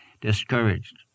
discouraged